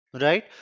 Right